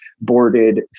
boarded